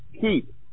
keep